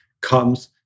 comes